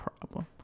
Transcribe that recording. problem